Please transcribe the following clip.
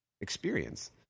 experience